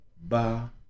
Ba